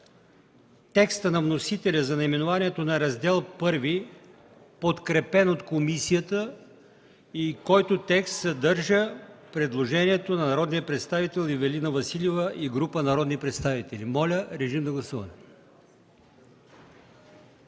текста на вносителя за наименованието на Раздел І, подкрепен от комисията, който съдържа предложението на народния представител Ивелина Василева и група народни представители. Гласували